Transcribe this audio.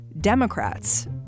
Democrats